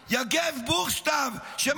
-- על יגב בוכשטב -- בבקשה,